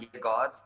God